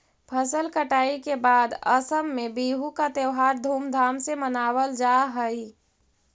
फसल कटाई के बाद असम में बिहू का त्योहार धूमधाम से मनावल जा हई